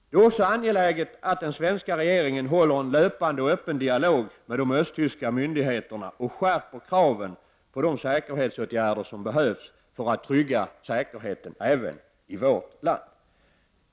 Det är också angeläget att den svenska regeringen håller en löpande och öppen dialog med de östtyska myndigheterna och skärper kraven på de säkerhetsåtgärder som behövs för att trygga säkerheten även i vårt land.